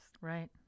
Right